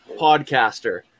podcaster